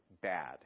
Bad